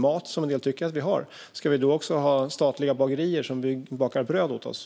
Ska vi ha statliga bagerier som bakar bröd åt oss om vi tycker att maten är för dyr, vilket en del tycker?